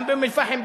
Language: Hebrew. גם באום-אל-פחם.